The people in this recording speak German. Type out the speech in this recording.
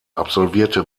absolvierte